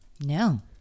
No